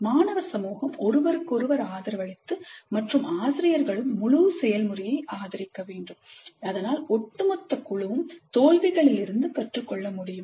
மாணவர் சமூகம் ஒருவருக்கொருவர் ஆதரவளித்து மற்றும் ஆசிரியர்களும் முழு செயல்முறையை ஆதரிக்க வேண்டும் அதனால் ஒட்டுமொத்த குழுவும் தோல்விகளிலிருந்து கற்றுக்கொள்ள முடியும்